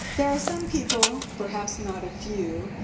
there are some people, perhaps not a few,